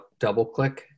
DoubleClick